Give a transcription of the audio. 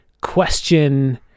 question